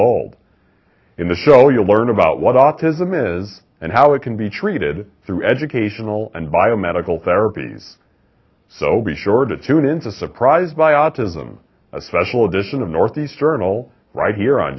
old in the show you learn about what autism is and how it can be treated through educational and biomedical therapies so be sure to tune in to surprise by autism a special edition of northeastern all right